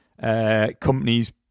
companies